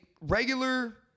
regular